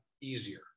easier